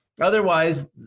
Otherwise